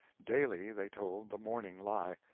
daily they told the morning lie,